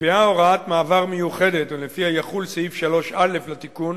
נקבעה הוראת מעבר מיוחדת ולפיה יחול סעיף 3(א) לתיקון